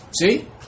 see